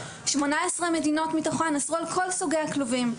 18 מתוכן אסרו על כל סוגי הכלובים,